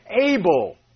able